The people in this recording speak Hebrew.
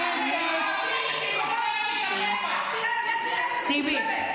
יש רופא ערבי מומחה.